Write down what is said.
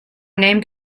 named